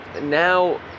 now